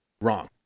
wrong